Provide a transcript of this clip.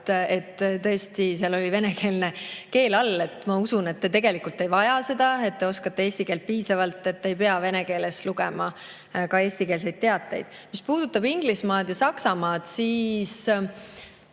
ja tõesti, seal oli venekeelne tõlge all. Ma usun, et te tegelikult ei vaja seda, et te oskate eesti keelt piisavalt ega pea vene keeles lugema eestikeelseid teateid. Mis puudutab Inglismaad ja Saksamaad, siis